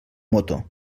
moto